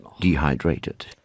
dehydrated